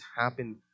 happen